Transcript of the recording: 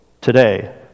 today